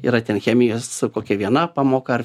yra ten chemijos kokia viena pamoka ar